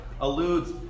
alludes